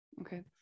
Okay